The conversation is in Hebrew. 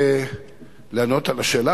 כדי לענות על השאלה,